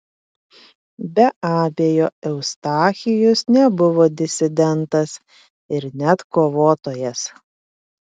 be abejo eustachijus nebuvo disidentas ir net kovotojas